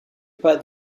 pas